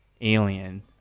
alien